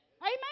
Amen